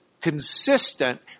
consistent